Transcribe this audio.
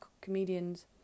comedians